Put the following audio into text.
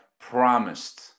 promised